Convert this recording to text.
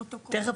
אח שלי מצא.